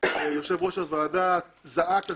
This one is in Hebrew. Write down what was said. יושב-ראש הוועדה זעק לשמיים,